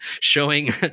showing